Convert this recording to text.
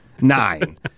Nine